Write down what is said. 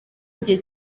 igihe